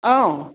औ